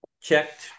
checked